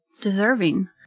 deserving